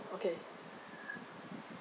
okay